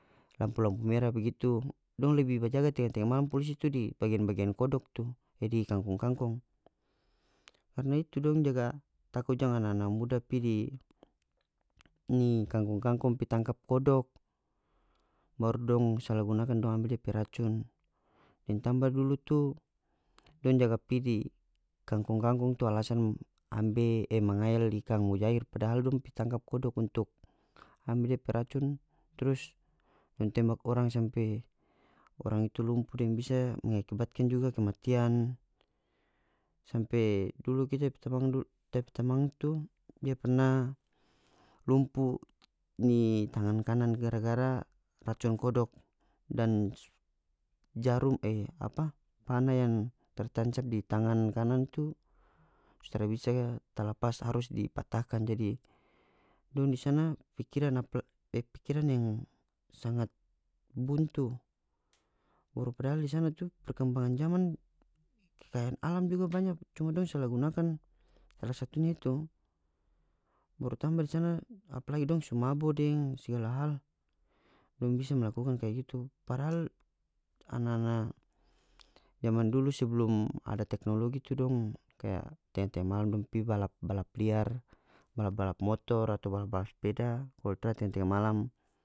Lampu-lampu mera bagitu dong lebi bajaga tenga-tenga malam polisi tu di bagian-bagian kodok tu e di kangkong-kangkong karna itu dong jaga tako jang ada ana-ana muda pi di ini kangkong-kangkong pi tangkap kodok baru dong sala gunakan dong ambe depe racun deng tamba dulu tu dong jaga pi di kangkong-kangkong tu alasan ambe e mangael di ikang mujair padahal dong pi tangkap kodok untuk ambe depe racun trus dong tembak orang sampe orang itu lumpu deng bisa mengakibatkan juga kematian sampe dulu kita pe tamang tape tamang tu dia perna lumpu ini tangan kanan gara-gara racun kodok dan jarum e apa pana yang tertancap di tangan kanan tu so tara bisa talapas harus dipatahkan jadi dong di sana pikiran e pikiran yang sangat buntu baru padahal di sana tu perkembangan zaman kekayaan alam juga cuma dong sala gunakan sala satunya itu baru tamba di sana apalagi dong su mabo deng segala hal dong bisa melakukan kaya gitu padahal ana-ana zaman dulu sebelum ada teknologi tu dong kaya tenga-tega malam dong pi balap balap liar balap-balap motor atau balap-balap speda kalu tarada tenga-tenga malam.